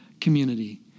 community